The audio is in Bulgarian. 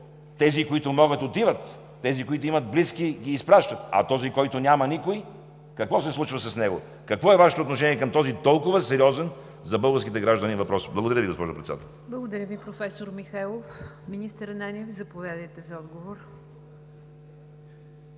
Тези, които могат отиват, тези, които имат близки – ги изпращат, а този, който няма никого – какво се случва с него? Какво е Вашето отношение към този толкова сериозен за българските граждани въпрос? Благодаря Ви, госпожо Председател. ПРЕДСЕДАТЕЛ НИГЯР ДЖАФЕР: Благодаря Ви, професор Михайлов. Министър Ананиев, заповядайте за отговор.